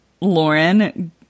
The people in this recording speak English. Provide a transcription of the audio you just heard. Lauren